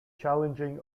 challenging